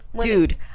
dude